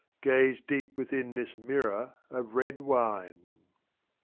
gaze deep within this mirror of red wine.